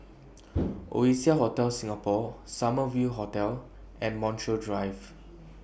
Oasia Hotel Singapore Summer View Hotel and Montreal Drive